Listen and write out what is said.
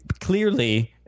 clearly